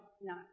no